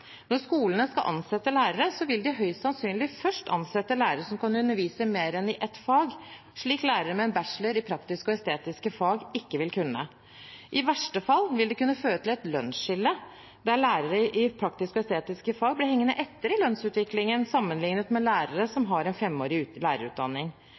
Når skolene skal ansette lærere, vil de høyst sannsynlig først ansette en lærer som kan undervise i mer enn ett fag, slik lærere med en bachelor i praktiske og estetiske fag ikke vil kunne. I verste fall vil det kunne føre til et lønnsskille der lærere i praktiske og estetiske fag blir hengende etter i lønnsutviklingen sammenlignet med lærere